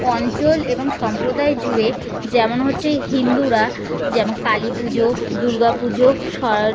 অঞ্চল এবং সম্প্রদায় জুড়ে যেমন হচ্ছে হিন্দুরা যেমন কালী পুজো দুর্গা পুজো